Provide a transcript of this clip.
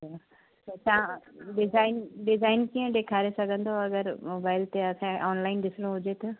हा त तव्हां डिज़ाइन डिज़ाइन कीअं ॾेखारे सघंदव अगरि मोबाइल ते असांखे ऑनलाइन ॾिसिणो हुजे त